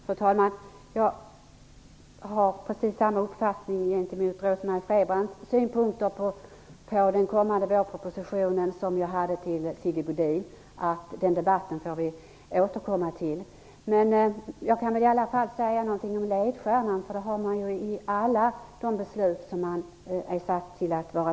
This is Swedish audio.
Fru talman! Jag har precis samma uppfattning i fråga om Rose-Marie Frebrans synpunkter på den kommande vårpropositionen som i fråga om Sigge Godins synpunkter, nämligen att vi får återkomma till den debatten. Jag kan i varje fall säga något om vår ledstjärna, för en ledstjärna finns ju i fråga om alla beslut som man är med och fattar.